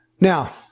Now